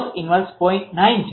9 છે